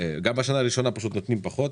גם בשנה הראשונה נותנים פחות,